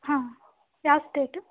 ಹಾಂ ಯಾವ ಸ್ಟೇಟ್